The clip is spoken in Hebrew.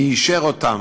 מי אישר אותם?